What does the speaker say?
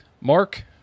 mark